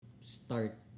start